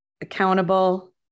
accountable